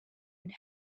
and